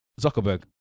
Zuckerberg